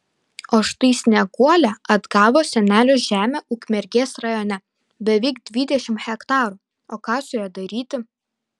o štai snieguolė atgavo senelių žemę ukmergės rajone beveik dvidešimt hektarų o ką su ja daryti